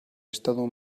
estado